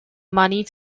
money